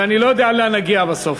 ואני לא יודע לאן נגיע בסוף.